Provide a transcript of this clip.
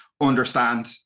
understand